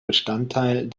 bestandteil